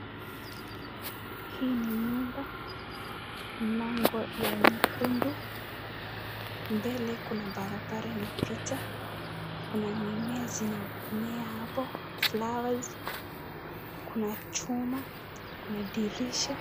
Hii ni nyumba, mlango ya nyekundu, mbele kuna barabara inapita, kuna mimea zinamea hapo, flowers , kuna chuma, kuna dirisha.